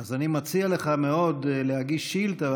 אז אני מציע לך מאוד להגיש שאילתה,